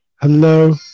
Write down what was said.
Hello